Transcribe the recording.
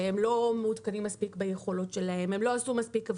שהם לא מעודכנים מספיק ביכולות שלהם או שהם לא עשו מספיק.